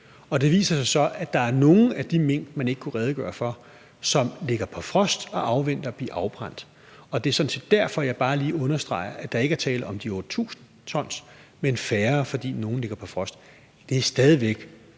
og det viser sig så, at der er nogle af de mink, man ikke kunne redegøre for, som ligger på frost og afventer at blive afbrændt. Det er sådan set derfor, at jeg bare lige understreger, at der ikke er tale om de 8.000 t, men færre, fordi nogle ligger på frost. Det er stadig væk